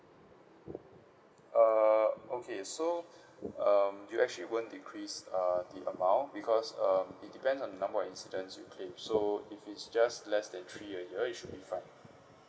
uh okay so um you actually won't decrease uh the amount because um it depends on the number of incidents you claim so if it's just less than three a year it should be fine